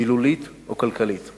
מילולית או כלכלית.